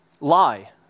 lie